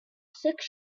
six